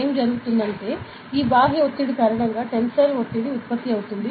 ఏమి జరుగుతుందంటే ఈ బాహ్య ఒత్తిడి కారణంగా టెన్సిల్ స్ట్రెస్ ఉత్పత్తి అవుతుంది